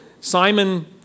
Simon